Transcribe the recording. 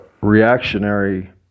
reactionary